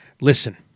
Listen